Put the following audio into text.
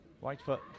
Whitefoot